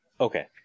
okay